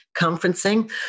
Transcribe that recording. conferencing